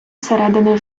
середини